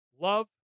Love